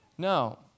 No